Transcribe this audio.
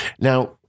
Now